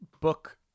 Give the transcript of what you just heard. book